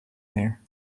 there